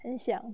很想